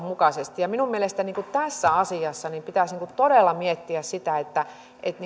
mukaisesti minun mielestäni tässä asiassa pitäisi todella miettiä sitä että